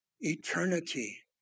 eternity